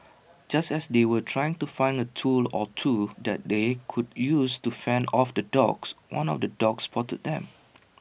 just as they were trying to find A tool or two that they could use to fend off the dogs one of the dogs spotted them